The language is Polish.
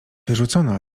wyrzucona